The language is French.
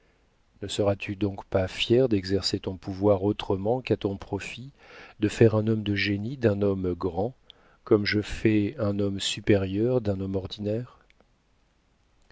ne seras-tu donc pas fière d'exercer ton pouvoir autrement qu'à ton profit de faire un homme de génie d'un homme grand comme je fais un homme supérieur d'un homme ordinaire